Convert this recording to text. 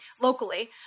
locally